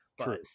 true